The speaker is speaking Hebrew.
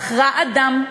בחרה אדם,